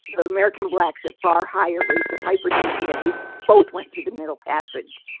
the american blacks have far higher rates of hypertension, yet they both went through the middle passage.